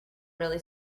really